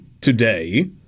today